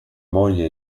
moglie